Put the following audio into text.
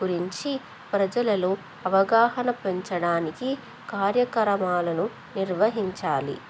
గురించి ప్రజలలో అవగాహన పెంచడానికి కార్యక్రమాలను నిర్వహించాలి